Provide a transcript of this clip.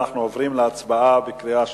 אנחנו עוברים להצבעה בקריאה שלישית.